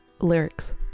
lyrics